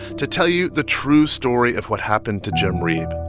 to tell you the true story of what happened to jim reeb.